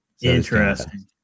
Interesting